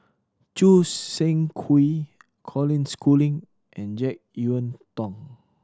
Choo Seng Quee Colin Schooling and Jek Yeun Thong